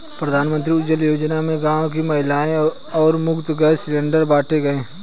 प्रधानमंत्री उज्जवला योजना में गांव की महिलाओं को मुफ्त गैस सिलेंडर बांटे गए